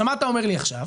מה אתה אומר לי עכשיו?